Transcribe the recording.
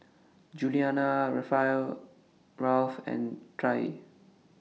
Julianna Ralph and Trae